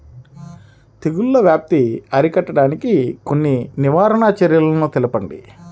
తెగుళ్ల వ్యాప్తి అరికట్టడానికి కొన్ని నివారణ చర్యలు తెలుపండి?